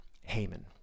Haman